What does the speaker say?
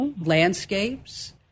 landscapes